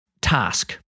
task